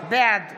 בעד